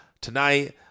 tonight